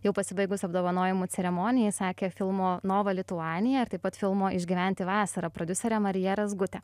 jau pasibaigus apdovanojimų ceremonijai sakė filmo nova lituanija taip pat filmo išgyventi vasarą prodiuserė marija razgutė